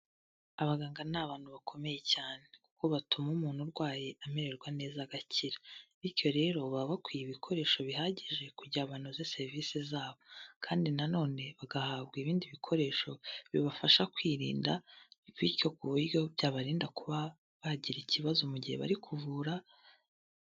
Abaganga ni abantu bakomeye cyane kuko batuma umuntu urwaye amererwa neza agakira. Bityo rero baba bakwiye ibikoresho bihagije kugira banoze serivisi zabo, kandi nanone bagahabwa ibindi bikoresho bibafasha kwirinda, bityo ku buryo byabarinda kuba bagira ikibazo mu gihe bari kuvura.